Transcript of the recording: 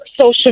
social